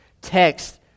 text